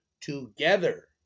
together